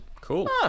Cool